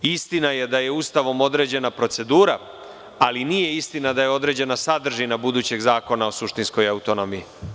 Istina je da je Ustavom određena procedura, ali nije istina da je određena sadržina budućeg zakona o suštinskoj autonomiji.